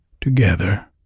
Together